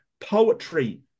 poetry